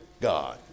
God